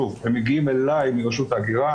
הם מגיעים אליי מרשות ההגירה,